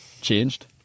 changed